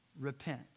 Repent